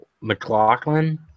McLaughlin